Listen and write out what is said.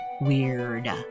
weird